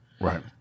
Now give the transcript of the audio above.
Right